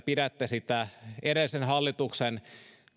pidätte edellisen hallituksen